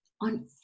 on